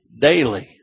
daily